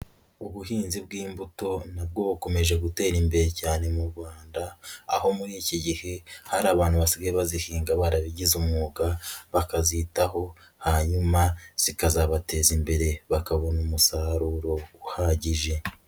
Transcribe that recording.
Ubuhinzi bw'imbuto nabwo bukomeje gutera imbere cyane mu Rwanda, aho muri iki gihe hari abantu basigaye bazihinga barabigize umwuga, bakazitaho hanyuma zikazabateza imbere bakabona umusaruro uhagije.